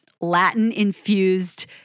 Latin-infused